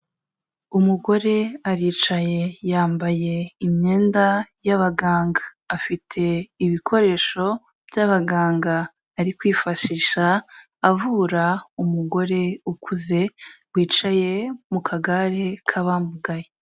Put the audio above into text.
Umugore aricaye yambaye imyenda y'abaganga, afite ibikoresho by'abaganga ari kwifashisha avura umugore ukuze wicaye mu kagare k'abamugaye.